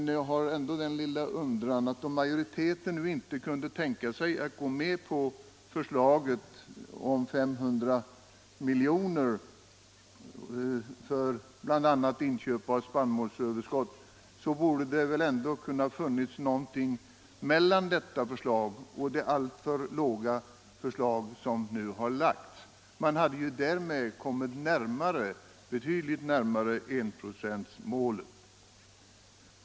Jag vill därför nu framföra en liten undran: Om majoriteten nu inte kunde tänka sig att gå med på att anslå 500 miljoner kronor, bl.a. för inköp av spannmålsöverskottet, borde det väl ändå ha funnits någonting mellan detta och utskottsmajoritetens förslag till anslag, som är alltför lågt. Därmed skulle man ha kommit ett steg på vägen närmare enprocentsmålet.